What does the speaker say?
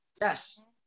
Yes